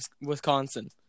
Wisconsin